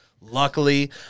Luckily